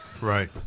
Right